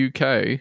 UK